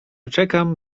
czekam